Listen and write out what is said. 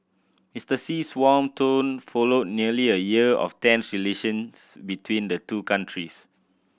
Mister Xi's warm tone followed nearly a year of tense relations between the two countries